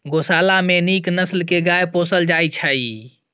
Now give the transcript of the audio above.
गोशाला मे नीक नसल के गाय पोसल जाइ छइ